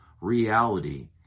reality